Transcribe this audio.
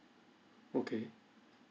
okay